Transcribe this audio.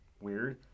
Weird